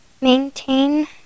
Maintain